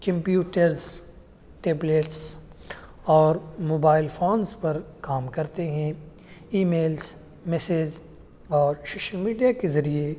computers tablets اور mobile phones پر کام کرتے ہیں ای میلس میسیج اور شوشل میڈیا کے ذریعے